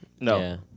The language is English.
No